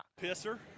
pisser